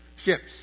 Ships